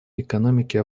экономики